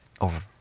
over